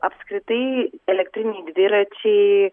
apskritai elektriniai dviračiai